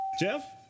Jeff